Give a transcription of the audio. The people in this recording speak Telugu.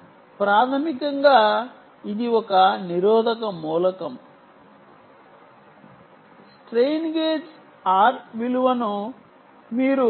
కాబట్టి ప్రాథమికంగా ఇది ఒక నిరోధక మూలకం స్ట్రెయిన్ గేజ్ ఆర్ విలువను మీరు